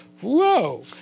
whoa